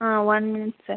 ah one minute sir